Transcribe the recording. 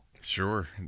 Sure